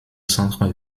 centre